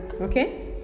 okay